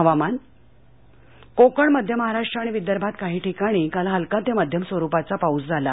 हवामान कोकण मध्य महाराष्ट्र आणि विदर्भात काही ठिकाणी काल हलका ते मध्यम स्वरूपाचा पाऊस झाला